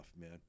man